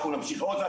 אנחנו נמשיך עוד,